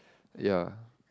ya